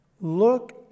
Look